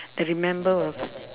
the remember